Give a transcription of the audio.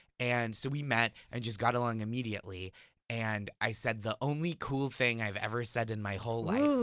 and so we met and just got along immediately and i said the only cool thing i've ever said in my whole life,